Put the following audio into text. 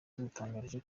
yadutangarije